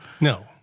No